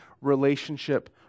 relationship